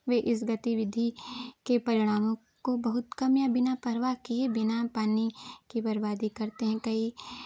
वे इस गतिविधि के परिणामों को बहुत कम या बिना परवाह किए बिना पानी के बर्बादी करते हैं कई